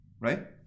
right